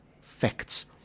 facts